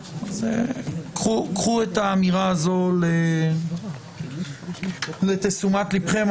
קחו את האמירה הזאת לתשומת ליבכם.